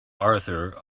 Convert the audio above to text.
arthur